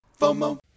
FOMO